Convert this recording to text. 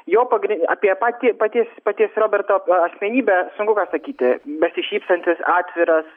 jo pagri apie patį paties paties roberto asmenybę sunku ką sakyti besišypsantis atviras